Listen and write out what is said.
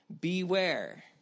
Beware